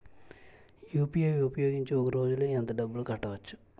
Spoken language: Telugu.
యు.పి.ఐ ఉపయోగించి ఒక రోజులో ఎంత డబ్బులు కట్టవచ్చు?